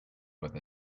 with